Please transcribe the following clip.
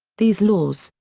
these laws,